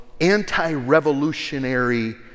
anti-revolutionary